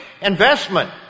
investment